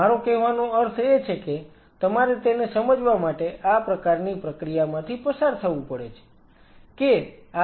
મારો કહેવાનો અર્થ એ છે કે તમારે તેને સમજવા માટે આ પ્રકારની પ્રક્રિયામાંથી પસાર થવું પડે છે કે આ પ્રકારની સમજણનું મહત્વ શું છે